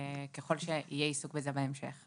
ככל שיהיה עיסוק בזה בהמשך,